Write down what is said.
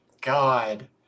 god